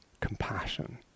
compassion